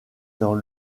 dans